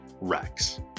Rex